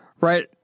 right